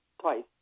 twice